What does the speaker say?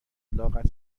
الاغت